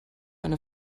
eine